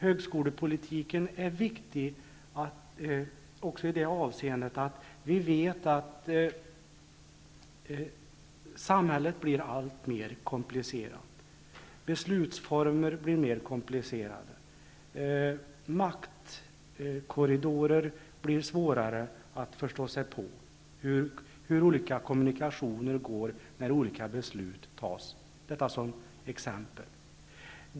Högskolepolitiken är viktig också i det avseendet att vi vet att samhället blir alltmer komplicerat, beslutsformer blir mer komplicerade, det blir svårare att förstå sig på spelet i maktkorridorerna, vilka vägar olika kommunikationer går när olika beslut fattas. Detta var några exempel.